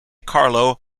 carlo